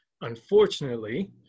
Unfortunately